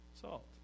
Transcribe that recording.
Salt